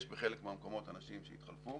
יש בחלק מהמקומות אנשים שהתחלפו